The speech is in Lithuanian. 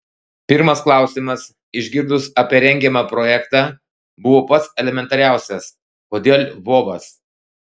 pirmas klausimas išgirdus apie rengiamą projektą buvo pats elementariausias kodėl lvovas